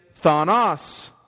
thanos